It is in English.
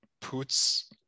puts